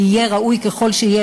יהיה ראוי ככל שיהיה.